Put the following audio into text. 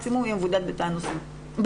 מקסימום הוא יבודד בתא הטייס.